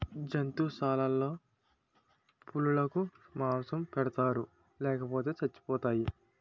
జంతుశాలలో పులులకు మాంసం పెడతారు లేపోతే సచ్చిపోతాయి